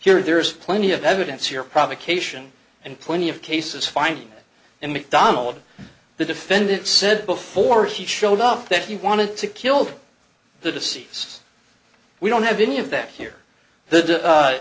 here there is plenty of evidence here provocation and plenty of cases finding and mcdonald the defendant said before he showed up that he wanted to killed the deceased we don't have any of that here